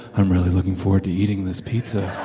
i'm really looking forward to eating this pizza